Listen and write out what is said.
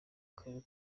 karere